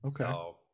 Okay